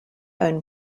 own